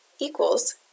equals